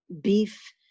beef